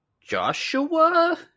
joshua